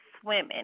swimming